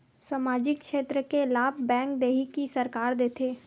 सामाजिक क्षेत्र के लाभ बैंक देही कि सरकार देथे?